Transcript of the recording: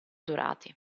dorati